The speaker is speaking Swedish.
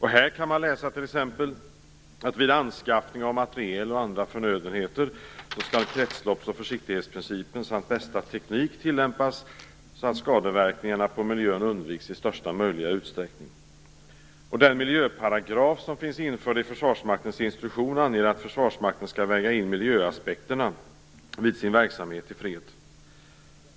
Här kan man t.ex. läsa att kretslopps och försiktighetsprincipen samt bästa teknik skall tillämpas vid anskaffning av materiel och andra förnödenheter, så att skadeverkningarna på miljön undviks i största möjliga utsträckning. Den miljöparagraf som finns införd i Försvarsmaktens instruktion anger att Försvarsmakten skall väga in miljöaspekterna vid sin verksamhet i fred.